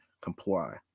comply